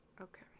okay